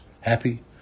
happy